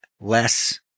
less